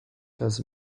das